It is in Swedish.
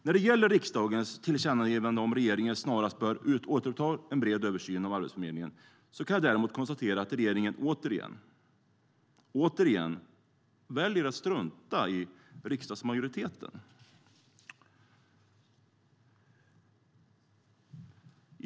När det gäller riksdagens tillkännagivande om att regeringen snarast bör återuppta en bred översyn av Arbetsförmedlingen kan jag däremot konstatera att regeringen återigen väljer att strunta i riksdagsmajoriteten.